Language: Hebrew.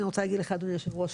אני רוצה להגיד לך אדוני יושב הראש,